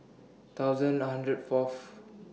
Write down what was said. one thousand one hundred Fourth